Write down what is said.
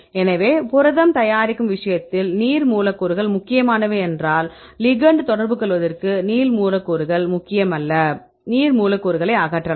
எனவே புரதம் தயாரிக்கும் விஷயத்தில் நீர் மூலக்கூறுகள் முக்கியமானவை என்றால் லிகெெண்ட் தொடர்புகொள்வதற்கு நீர் மூலக்கூறுகள் முக்கியமல்ல நீர் மூலக்கூறுகளை அகற்றலாம்